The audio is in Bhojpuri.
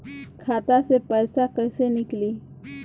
खाता से पैसा कैसे नीकली?